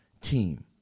team